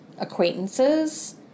acquaintances